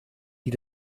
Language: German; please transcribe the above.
die